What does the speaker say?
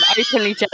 openly